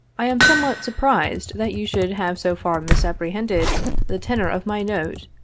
i am somewhat surprised that you should have so far misapprehended the tenor of my note.